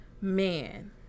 man